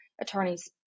attorneys